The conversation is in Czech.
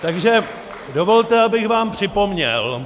Takže dovolte, abych vám připomněl